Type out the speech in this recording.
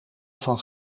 van